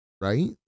right